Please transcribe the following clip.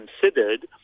considered